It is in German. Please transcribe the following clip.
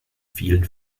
fielen